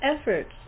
efforts